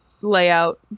layout